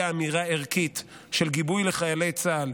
אמירה ערכית של גיבוי לחיילי צה"ל,